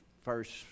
first